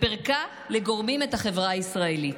ופירקה לגורמים את החברה הישראלית.